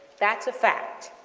that's a fact.